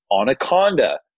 Anaconda